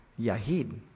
Yahid